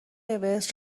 اورست